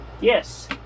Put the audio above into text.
Yes